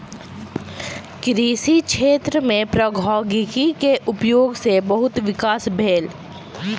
कृषि क्षेत्र में प्रौद्योगिकी के उपयोग सॅ बहुत विकास भेल